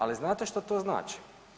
Ali znate što to znači?